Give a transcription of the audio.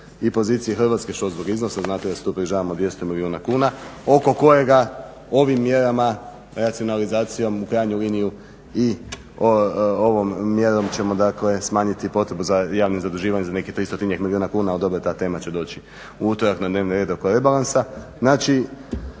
i pozicije Hrvatske, što zbog iznosa. Znate da se tu približavamo 200 milijuna kuna oko kojega ovim mjerama racionalizacijom u krajnju liniju i ovom mjerom ćemo, dakle smanjiti potrebu za javnim zaduživanjem za nekih tristotinjak milijuna kuna. Ali dobro, ta tema će doći u utorak na dnevni red oko rebalansa. Znači,